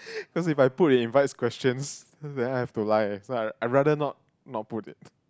cause if I put it invites questions then I have to lie eh so I so I rather not not put it